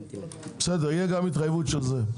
בסדר, תהיה גם התחייבות של זה.